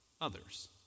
others